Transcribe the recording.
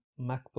MacBook